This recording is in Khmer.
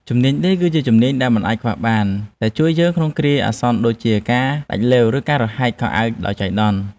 ជំនាញដេរគឺជាជំនាញដែលមិនអាចខ្វះបាន ដែលអាចជួយយើងក្នុងគ្រាអាសន្នដូចជាការដាច់ឡេវ ឬការរហែកខោអាវដោយចៃដន្យ។